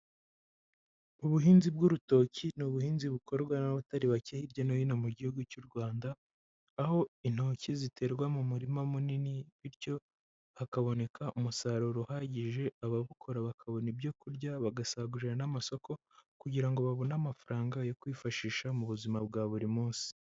Ubuhinzi bw'urutoki ni ubuhinzi bukorwa n'abatari bake hirya no hino mu gihugu cy'u Rwanda, aho intoki ziterwa mu murima munini bityo hakaboneka umusaruro uhagije, ababukora bakabona ibyo kurya bagasagurira n'amasoko kugira ngo babone amafaranga yo kwifashisha mu buzima bwa buri munsi.